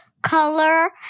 Color